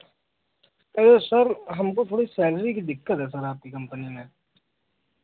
अरे सर हमको थोड़ी सैलरी की दिक्कत है सर आपकी कम्पनी में